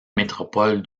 métropole